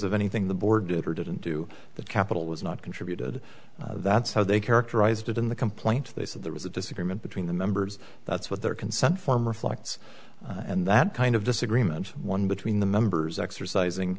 of anything the board did or didn't do the capitol was not contributed that's how they characterized it in the complaint they said there was a disagreement between the members that's what their consent form reflects and that kind of disagreement one between the members exercising